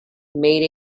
made